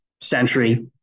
century